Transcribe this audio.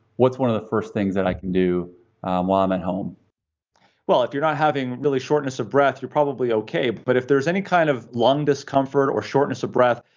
what's one of the first things that i can do while i'm at home well, if you're not having really shortness of breath, you're probably okay. but if there's any kind of lung discomfort or shortness of breath,